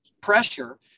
pressure